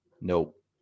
nope